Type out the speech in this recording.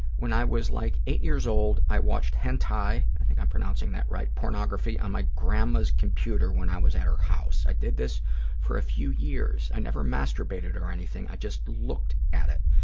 when i was like eight years old, i watched hantai sp, i think i'm pronouncing that right, pornography on my grandma's computer when i was at her house. i did this for a few years. i never masturbated or anything. i just looked at it.